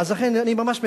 אז לכן, אני ממש מסיים,